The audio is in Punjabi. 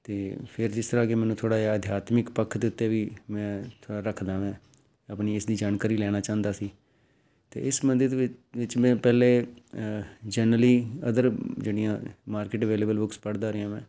ਅਤੇ ਫਿਰ ਜਿਸ ਤਰ੍ਹਾਂ ਕਿ ਮੈਨੂੰ ਥੋੜ੍ਹਾ ਜਿਹਾ ਅਧਿਆਤਮਿਕ ਪੱਖ ਦੇ ਉੱਤੇ ਵੀ ਮੈਂ ਰੱਖਦਾ ਮੈਂ ਆਪਣੀ ਇਸ ਦੀ ਜਾਣਕਾਰੀ ਲੈਣਾ ਚਾਹੁੰਦਾ ਸੀ ਅਤੇ ਇਸ ਸਬੰਧਿਤ ਵਿ ਵਿੱਚ ਮੈਂ ਪਹਿਲੇ ਜਨਰਲੀ ਇੱਧਰ ਜਿਹੜੀਆਂ ਮਾਰਕੀਟ ਅਵੇਲੇਬਲ ਬੁੱਕਸ ਪੜ੍ਹਦਾ ਰਿਹਾ ਮੈਂ